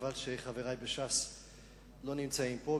חבל שחברי בש"ס לא נמצאים פה,